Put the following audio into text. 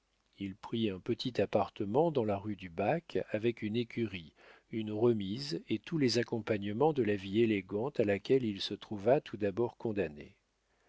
il prit un petit appartement dans la rue du bac avec une écurie une remise et tous les accompagnements de la vie élégante à laquelle il se trouva tout d'abord condamné